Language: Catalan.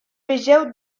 vegeu